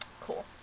Cool